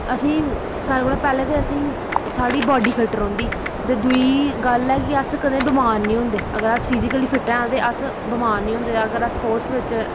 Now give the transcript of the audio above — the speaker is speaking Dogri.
असेंगी ते सारें कोला पैह्लें असेंगी साढ़ी बॉडी फिट रौहंदी ते दूई गल्ल ऐ की अस कदें बमार निं होंदे अगर अस फीजिकली फिट ऐं तां अस बमार निं होंदे ते अगर अस स्पोर्टस बिच